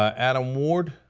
adam ward